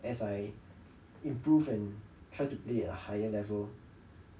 as I improve and try to play at a higher level